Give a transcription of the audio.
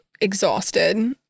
exhausted